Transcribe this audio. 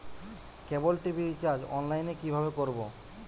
কেবল TV recharge online এ কিভাবে করব?